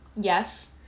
yes